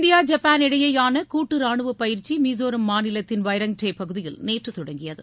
India Japan இடையேயான கூட்டு ரானுவ பயிற்சி மிஸோராம் மாநிலத்தின் வைரங்டே பகுதியில் நேற்று தொடங்கியது